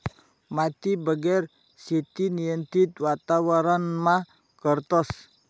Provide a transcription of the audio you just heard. मातीबिगेर शेती नियंत्रित वातावरणमा करतस